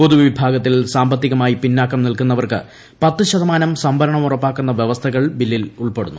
പൊതുവിഭാഗത്തിൽ സാമ്പത്തികമായി പിന്നാക്കം ്നിൽക്കുന്നവർക്ക് പത്ത് ശതമാനം സംവരണം ഉറപ്പാക്കുന്ന വൃവസ്ഥകൾ ബില്ലിൽ ഉൾപ്പെടുന്നു